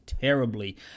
terribly